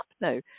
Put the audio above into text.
No